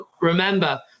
remember